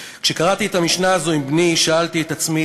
.כשקראתי את המשנה הזאת עם בני שאלתי את עצמי,